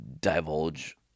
divulge